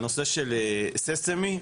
ישנם נושאים נוספים שהוועדה כרגע משלימה ואני מניח